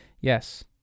yes